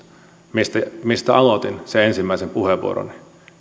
mistä mistä aloitin sen ensimmäisen puheenvuoroni